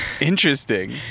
Interesting